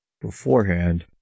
beforehand